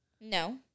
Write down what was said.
No